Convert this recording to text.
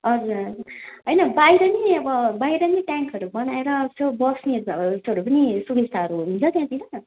हजुर होइन बाहिर नि अब बाहिर नि टेन्टहरू बनाएर यसो बस्ने हरू पनि यसो सुबिस्ताहरू हुन्छ त्यहाँतिर